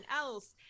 else